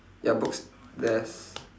ya books there's